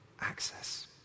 access